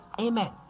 Amen